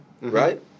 Right